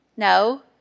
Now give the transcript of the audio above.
No